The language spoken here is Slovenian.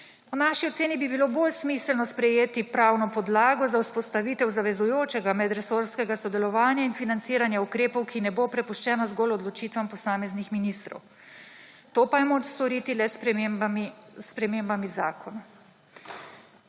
Po naši oceni bi bilo bolj smiselno sprejeti pravno podlago za vzpostavitev zavezujočega medresorskega sodelovanja in financiranja ukrepov, ki ne bo prepuščeno zgolj odločitvam posameznih ministrov. To pa je moč storiti le s spremembami zakona.